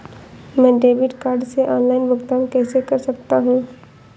मैं debit card से online भुगतान कैसे कर सकता हूँ?